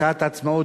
בסיעת העצמאות,